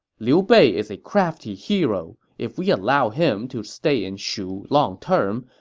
li bei is a crafty hero. if we allow him to stay in shu long-term,